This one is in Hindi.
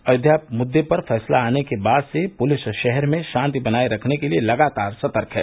अयोध्या मुद्दे पर फैसला आने के बाद से पुलिस शहर में शांति बनाए रखने के लिए लगातार सतर्क है